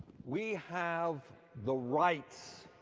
we have the rights